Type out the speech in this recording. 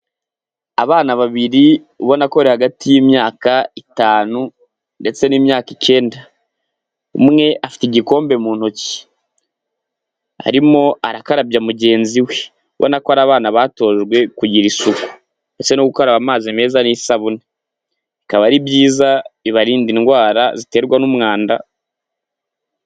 Abana babiri ubona ko bari hagati y'imyaka itanu ndetse n'imyaka icyenda. Umwe afite igikombe mu ntoki arimo arakarabya mugenzi we ubona ko ari abana batojwe kugira isuku, ndetse no gukaraba amazi meza n'isabune. Bikaba ari byiza, bibarinda indwara ziterwa n'umwanda.